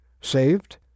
saved